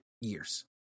years